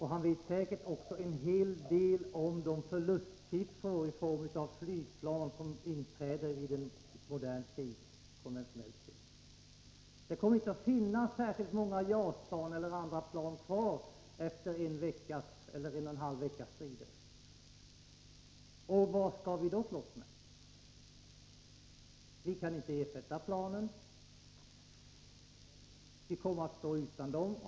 Han vet säkert också en hel del om de förlustsiffror i fråga om flygplan som uppstår i ett modernt konventionellt krig. Det kommer inte att finnas särskilt många JAS-plan eller andra flygplan kvar efter en eller en och en halv veckas strider. Vad skall vi då slåss med? Vi kan inte ersätta planen. Vi kommer att stå utan dem.